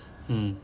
mm